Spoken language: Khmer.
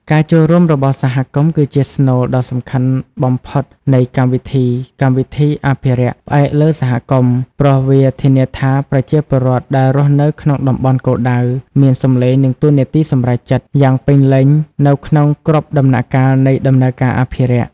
ការចូលរួមរបស់សហគមន៍ គឺជាស្នូលដ៏សំខាន់បំផុតនៃកម្មវិធី កម្មវិធីអភិរក្សផ្អែកលើសហគមន៍ ព្រោះវាធានាថាប្រជាពលរដ្ឋដែលរស់នៅក្នុងតំបន់គោលដៅមាន សំឡេង និង តួនាទីសម្រេចចិត្ត យ៉ាងពេញលេញនៅក្នុងគ្រប់ដំណាក់កាលនៃដំណើរការអភិរក្ស។